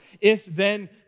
if-then